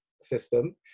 system